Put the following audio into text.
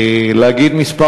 כי זה היה קצר.